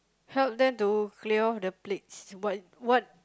help them to clear off the plates but what